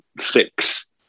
fix